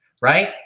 right